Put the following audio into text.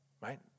Right